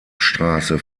straße